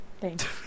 Thanks